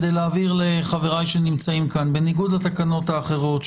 בניגוד לתקנות האחרות,